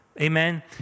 Amen